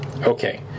okay